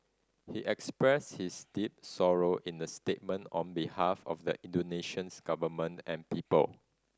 he expressed his deep sorrow in a statement on behalf of the Indonesians government and people